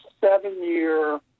seven-year